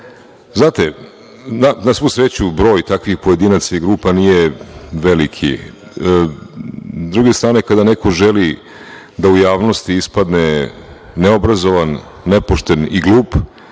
naroda. Znate, na svu sreću broj takvih pojedinaca i grupa nije veliki. S druge strane kada neko želi da u javnosti ispadne neobrazovan, nepošten i glup